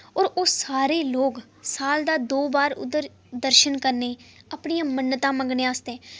और ओह् सारे लोक साल च दो बार उद्धर दर्शन करने ई अपनियां मन्नतां मंगने आस्तै